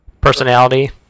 personality